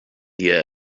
year